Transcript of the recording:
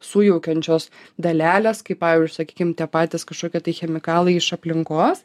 sujaukiančios dalelės kaip pavyzdžiui sakykim tie patys kažkokie tai chemikalai iš aplinkos